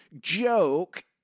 joke